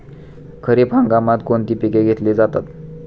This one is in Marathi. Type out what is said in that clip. खरीप हंगामात कोणती पिके घेतली जातात?